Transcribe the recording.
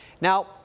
Now